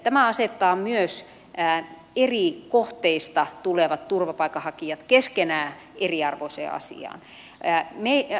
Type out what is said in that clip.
tämä asettaa myös eri kohteista tulevat turvapaikanhakijat keskenään eriarvoiseen asemaan